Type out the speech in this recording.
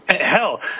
hell